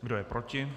Kdo je proti?